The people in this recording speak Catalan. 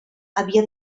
havia